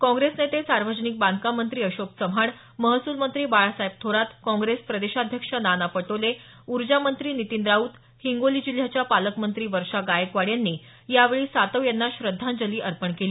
काँग्रेस नेते सार्वजनिक बांधकाम मंत्री अशोक चव्हाण महसूल मंत्री बाळासाहेब थोरात काँग्रेस प्रदेशाध्यक्ष नाना पटोले ऊर्जामंत्री नितीन राऊत हिंगोली जिल्ह्याच्या पालकमंत्री वर्षा गायकवाड यांनी यावेळी सातव यांना श्रद्धांजली अर्पण केली